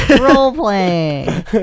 Role-playing